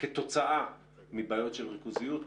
כתוצאה מבעיות של ריכוזיות,